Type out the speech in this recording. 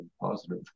positive